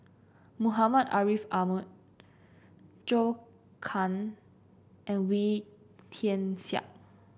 Muhammad Ariff Ahmad Zhou Can and Wee Tian Siak